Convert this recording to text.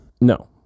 No